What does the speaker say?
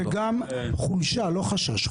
חולשה, לא חשש.